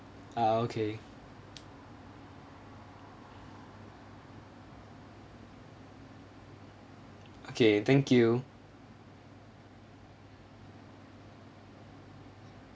ah okay okay thank you